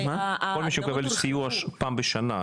כל מי שמקבל סיוע פעם בשנה,